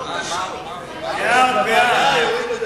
להעביר את